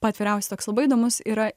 paatviriausiu toks labai įdomus yra